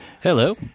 Hello